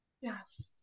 Yes